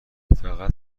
فقط